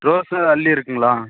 rose அல்லி இருக்குதுங்களா